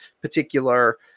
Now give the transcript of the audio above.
particular